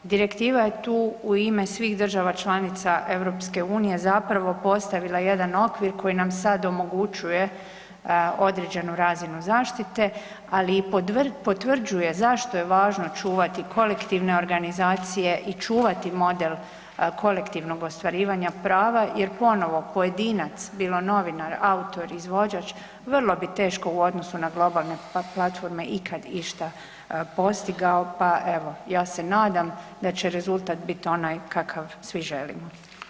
Direktiva je tu u ime svih država članica EU zapravo postavila jedan okvir koji nam sad omogućuje određenu razinu zaštite, ali i potvrđuje zašto je važno čuvati kolektivne organizacije i čuvati model kolektivnog ostvarivanja prava jer ponovo pojedinac bilo novinar, autor, izvođač vrlo bi teško u odnosu na globalne platforme ikad išta postigao, pa evo ja se nadam da će rezultat bit onaj kakav svi želimo.